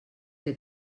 que